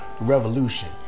revolution